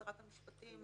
שרת המשפטים